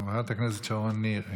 חברת הכנסת שרון ניר,